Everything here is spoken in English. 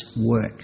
work